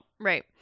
Right